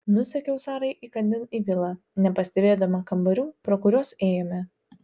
nusekiau sarai įkandin į vilą nepastebėdama kambarių pro kuriuos ėjome